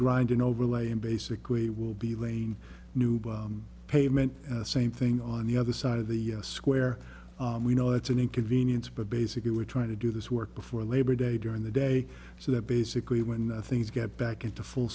grindin overlay and basically will be laying new pavement same thing on the other side of the square we know it's an inconvenience but basically we're trying to do this work before labor day during the day so that basically when things get back into full